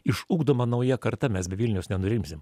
išugdoma nauja karta mes be vilniaus nenurimsim